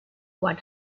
one